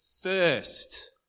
first